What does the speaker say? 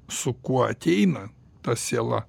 su kuo ateina ta siela